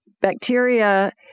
bacteria